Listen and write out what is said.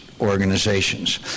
organizations